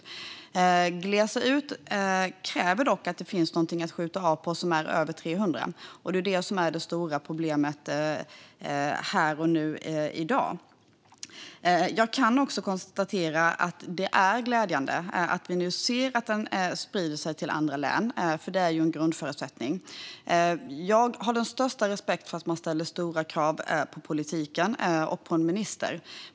Om vi ska glesa ut krävs det dock att det finns någonting att skjuta av på som är över 300, och det är det som är det stora problemet här och nu. Jag kan också konstatera att det är glädjande att vi nu ser att vargen sprider sig till andra län, för det är en grundförutsättning. Jag har den största respekt för att man ställer stora krav på politiken och på en minister.